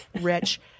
rich